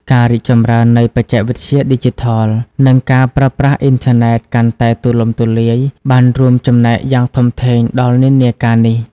ការរីកចម្រើននៃបច្ចេកវិទ្យាឌីជីថល និងការប្រើប្រាស់អ៊ីនធឺណិតកាន់តែទូលំទូលាយ បានរួមចំណែកយ៉ាងធំធេងដល់និន្នាការនេះ។